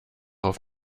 auf